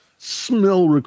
smell